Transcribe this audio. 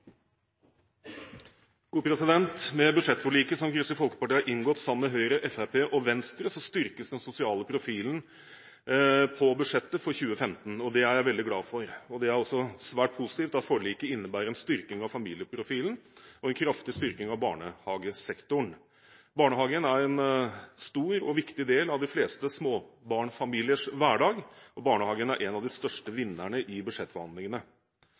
det er jeg veldig glad for. Det er også svært positivt at forliket innebærer en styrking av familieprofilen og en kraftig styrking av barnehagesektoren. Barnehagen er en stor og viktig del av de fleste småbarnsfamiliers hverdag, og barnehagen er en av de største vinnerne i